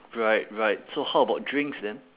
right right so how about drinks then